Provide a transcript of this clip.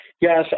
Yes